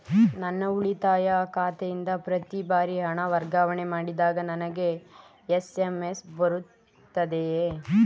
ನನ್ನ ಉಳಿತಾಯ ಖಾತೆಯಿಂದ ಪ್ರತಿ ಬಾರಿ ಹಣ ವರ್ಗಾವಣೆ ಮಾಡಿದಾಗ ನನಗೆ ಎಸ್.ಎಂ.ಎಸ್ ಬರುತ್ತದೆಯೇ?